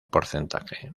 porcentaje